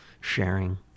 sharing